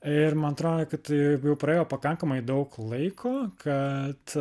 ir man atrodo kad jeigu jau praėjo pakankamai daug laiko kad